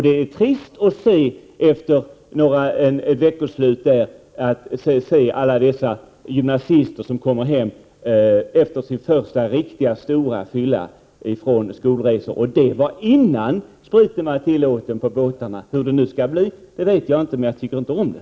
Det är trist att se alla dessa gymnasister som efter ett veckoslut kommer hem efter sin första riktigt stora fylla där. Och detta var ändå innan spriten var tillåten på båtarna. Hur det nu skall bli vet jag inte, men jag tycker inte om det.